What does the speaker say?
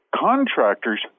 Contractors